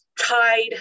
tied